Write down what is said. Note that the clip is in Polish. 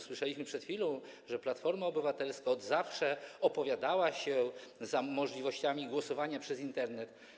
Słyszeliśmy przed chwilą, że Platforma Obywatelska od zawsze opowiadała się za możliwościami głosowania przez Internet.